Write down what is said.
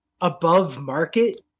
above-market